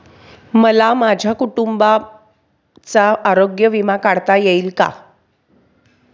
मला माझ्याबरोबर माझ्या कुटुंबाचा आरोग्य विमा काढता येईल का?